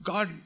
God